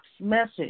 message